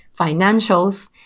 financials